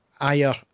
Ayer